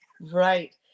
Right